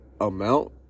amount